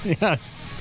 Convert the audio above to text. yes